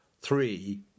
three